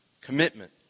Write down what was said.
commitment